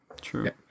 True